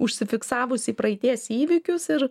užsifiksavusi į praeities įvykius ir